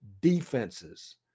defenses